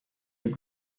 your